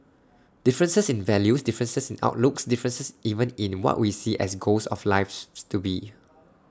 differences in values differences in outlooks differences even in what we see as goals of lives to be